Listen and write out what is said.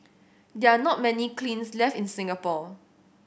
they are not many kilns left in Singapore